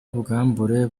ubwambure